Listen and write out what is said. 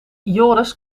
joris